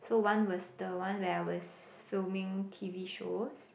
so one was the one where I was filming T_V shows